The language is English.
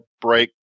break